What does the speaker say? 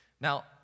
Now